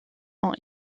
ont